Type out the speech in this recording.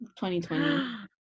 2020